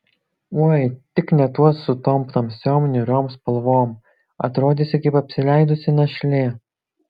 oi tik ne tuos su tom tamsiom niūriom spalvom atrodysi kaip apsileidusi našlė